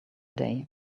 day